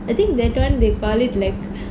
I think that [one] they call it like